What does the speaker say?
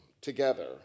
Together